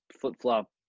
flip-flop